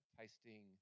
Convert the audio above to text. tasting